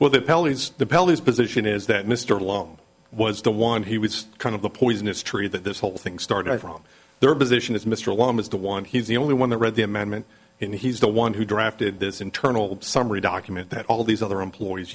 pallies position is that mr long was the one he was kind of the poisonous tree that this whole thing started from their position as mr long as the one he's the only one that read the amendment and he's the one who drafted this internal summary document that all these other employees